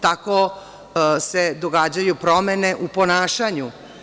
Tako se događaju promene u ponašanju.